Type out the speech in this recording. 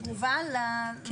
יש לך תגובה לנושא?